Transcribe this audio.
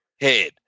head